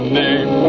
name